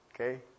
Okay